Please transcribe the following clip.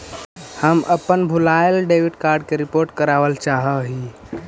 हम अपन भूलायल डेबिट कार्ड के रिपोर्ट करावल चाह ही